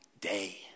day